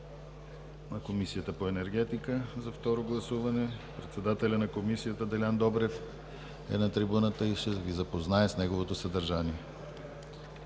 на Комисията по енергетика за второ гласуване. Председателят на Комисията Делян Добрев е на трибуната и ще Ви запознае с неговото съдържание.